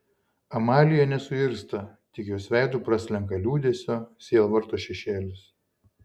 amalija nesuirzta tik jos veidu praslenka liūdesio sielvarto šešėlis